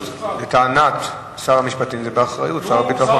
לטענת שר המשפטים זה באחריות שר הביטחון.